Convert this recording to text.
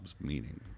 meaning